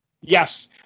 Yes